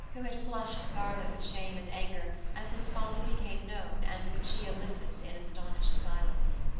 who had flushed scarlet with shame and anger, as his folly became known and lucia listened in astonished silence.